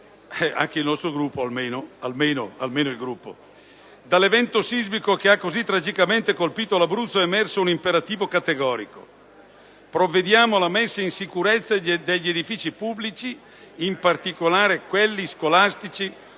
criteri antisismici moderni. Dall'evento sismico che ha così tragicamente colpito l'Abruzzo è emerso un imperativo categorico: provvedere alla messa in sicurezza degli edifici pubblici, in particolare quelli scolastici,